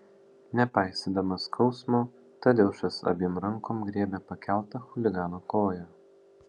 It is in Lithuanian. nepaisydamas skausmo tadeušas abiem rankom griebė pakeltą chuligano koją